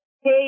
Hey